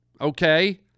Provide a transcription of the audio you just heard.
okay